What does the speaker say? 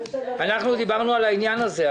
אנחנו דיברנו על העניין הזה.